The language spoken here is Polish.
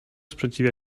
sprzeciwia